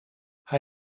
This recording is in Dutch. hij